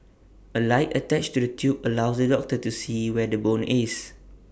A light attached to the tube allows the doctor to see where the bone is